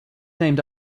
named